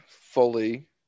fully